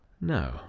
No